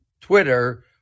Twitter